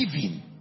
giving